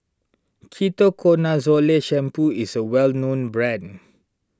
Ketoconazole Shampoo is a well known brand